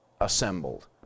assembled